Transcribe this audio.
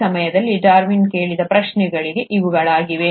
ಆ ಸಮಯದಲ್ಲಿ ಡಾರ್ವಿನ್ ಕೇಳುತ್ತಿದ್ದ ಪ್ರಶ್ನೆಗಳು ಇವುಗಳಾಗಿವೆ